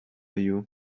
you